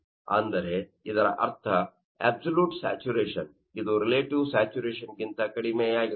ಅಂದರೆ ಇದರರ್ಥ absolute saturation ಇದು ರಿಲೇಟಿವ್ ಸ್ಯಾಚುರೇಶನ್ ಗಿಂತ ಕಡಿಮೆಯಾಗಿರುತ್ತದೆ